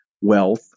wealth